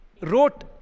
wrote